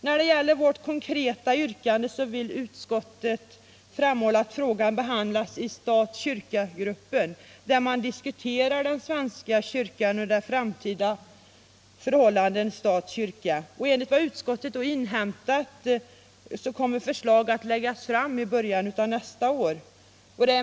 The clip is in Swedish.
När det gäller vårt konkreta yrkande vill utskottet framhålla att frågan behandlas i stat-kyrka-utredningen, där man diskuterar den svenska kyrkan och de framtida förhållandena stat-kyrka. Enligt vad utskottet inhämtat kommer utredningens förslag att läggas fram i början av nästa år.